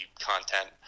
content